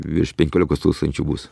virš penkiolikos tūkstančių bus